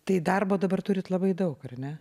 tai darbo dabar turit labai daug ar ne